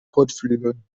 kotflügeln